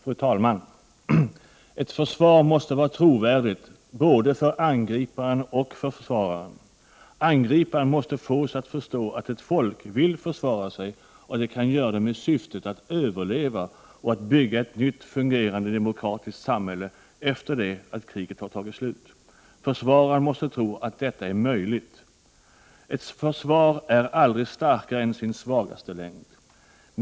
Fru talman! Ett försvar måste vara trovärdigt både för angriparen och för försvararen. Angriparen måste fås att förstå att ett folk vill försvara sig och att det kan göra det med syftet att överleva och att bygga ett nytt fungerande demokratiskt samhälle efter det att kriget har tagit slut. Försvararen måste tro att detta är möjligt. Ett försvar är aldrig starkare än sin svagaste länk.